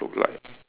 look like